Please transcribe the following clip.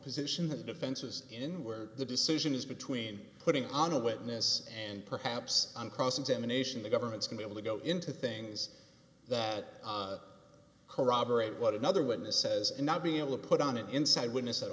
position of defenses in where the decision is between putting on a witness and perhaps on cross examination the government's can be able to go into things that corroborate what another witness says and not be able to put on an inside witness at